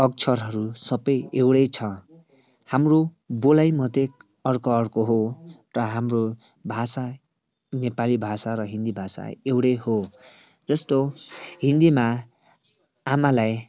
अक्षरहरू सबै एउटै छ हाम्रो बोलाइ मात्रै अर्को अर्को हो र हाम्रो भाषा नेपाली भाषा र हिन्दी भाषा एउटै हो जस्तो हिन्दीमा आमालाई